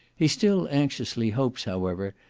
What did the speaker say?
he still anxiously hopes, however,